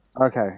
Okay